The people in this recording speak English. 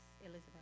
Elizabeth